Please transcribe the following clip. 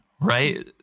right